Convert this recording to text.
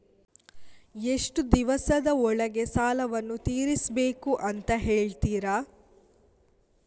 ಎಷ್ಟು ದಿವಸದ ಒಳಗೆ ಸಾಲವನ್ನು ತೀರಿಸ್ಬೇಕು ಅಂತ ಹೇಳ್ತಿರಾ?